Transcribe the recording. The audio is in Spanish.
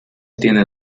tiene